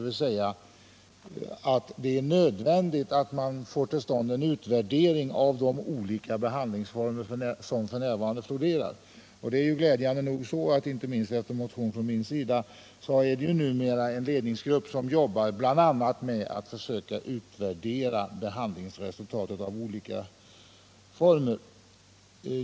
För detta krävs en utvärdering av de olika behandlingsformer som f.n. florerar. Glädjande nog arbetar numera en ledningsgrupp, inte minst tack vare en av mig väckt motion, bl.a. med att försöka utvärdera resultatet av olika behandlingsformer.